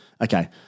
Okay